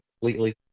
completely